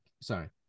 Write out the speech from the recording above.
sorry